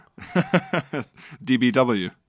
DBW